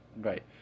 right